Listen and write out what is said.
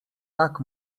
tak